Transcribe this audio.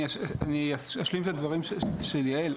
אני אשלים את הדברים של יעל.